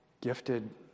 gifted